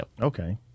Okay